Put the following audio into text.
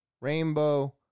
rainbow